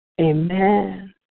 amen